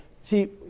See